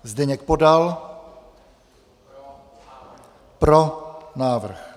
Zdeněk Podal: Pro návrh.